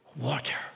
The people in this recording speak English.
water